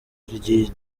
ry’i